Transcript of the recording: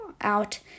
out